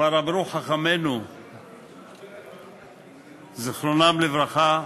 כבר אמרו חכמינו זיכרונם לברכה,